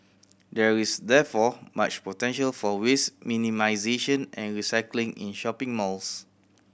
there is therefore much potential for waste minimisation and recycling in shopping malls